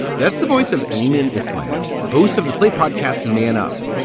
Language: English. that's the voice of ayman ismail, host of the slate podcast man up,